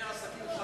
מבנה עסקים?